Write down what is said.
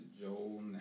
Joel